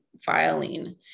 filing